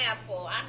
Apple